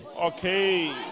Okay